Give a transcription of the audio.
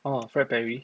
orh Fred Perry